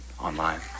online